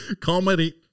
Comedy